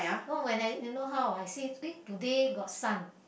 no when I you know how I see eh today got sun